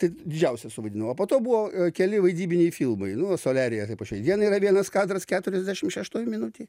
tai didžiausią suvaidinau o po to buvo keli vaidybiniai filmai nu soliaryje tai po šiai dienai yra vienas kadras keturiasdešim šeštoj minutėj